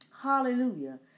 Hallelujah